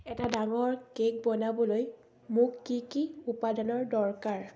এটা ডাঙৰ কেক বনাবলৈ মোক কি কি উপাদানৰ দৰকাৰ